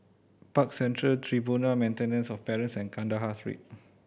Park Central Tribunal for Maintenance of Present Kandahar Street